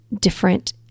different